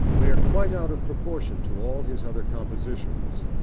they are quite out of proportion to all his other compositions.